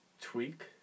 tweak